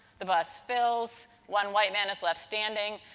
the bus fills, one white man is left standing.